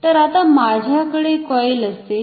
तर आता माझ्याकडे कॉईल असेल